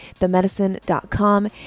themedicine.com